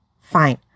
fine